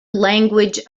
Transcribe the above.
language